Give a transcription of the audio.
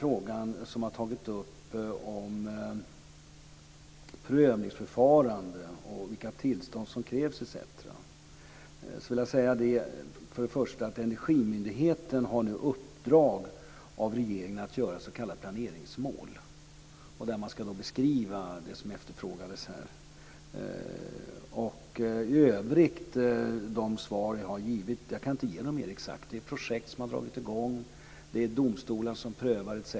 Frågan har tagits upp om prövningsförfarande och vilka tillstånd som krävs etc. Energimyndigheten har nu uppdrag av regeringen att göra s.k. planeringsmål, där man ska beskriva det som efterfrågades här. Jag kan i övrigt inte ge mera exakta svar än vad jag givit. Det är projekt som har dragit i gång. Det är domstolar som prövar.